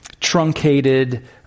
truncated